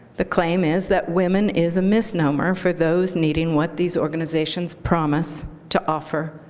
the claim is that women is a misnomer for those needing what these organizations promise to offer,